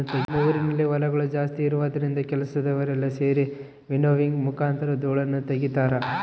ನಮ್ಮ ಊರಿನಲ್ಲಿ ಹೊಲಗಳು ಜಾಸ್ತಿ ಇರುವುದರಿಂದ ಕೆಲಸದವರೆಲ್ಲ ಸೆರಿ ವಿನ್ನೋವಿಂಗ್ ಮುಖಾಂತರ ಧೂಳನ್ನು ತಗಿತಾರ